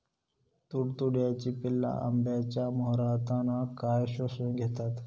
तुडतुड्याची पिल्ला आंब्याच्या मोहरातना काय शोशून घेतत?